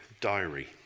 diary